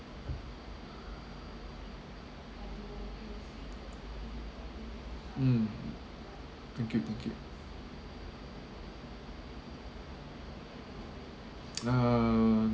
mm thank you thank you uh